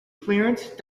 clearance